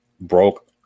broke